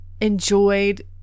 enjoyed